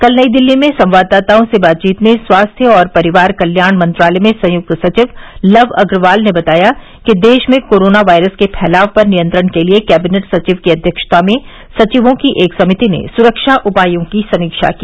कल नई दिल्ली में संवाददाताओं से बातचीत में स्वास्थ्य और परिवार कल्याण मंत्रालय में संयुक्त सचिव लव अग्रवाल ने बताया कि देश में कोरोना वायरस के फैलाव पर नियंत्रण के लिए कैबिनेट सचिव की अध्यक्षता में सचिवों की एक समिति ने सुरक्षा उपायों की समीक्षा की